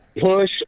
push